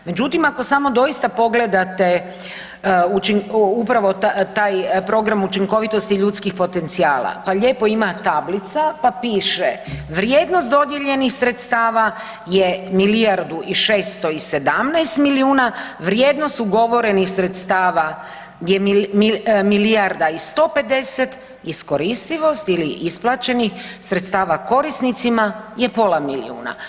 Međutim ako samo doista pogledate upravo taj program učinkovitosti i ljudskih potencijala, pa lijepo ima tablica, pa piše vrijednost dodijeljenih sredstava je milijardu i 617 milijuna, vrijednost ugovorenih sredstava je milijarda i 150, iskoristivost ili isplaćenih sredstava korisnicima je pola milijuna.